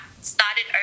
started